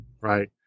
right